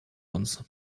uns